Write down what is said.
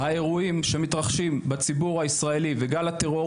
האירועים שהמתרחשים בציבור הישראלי וגל הטרור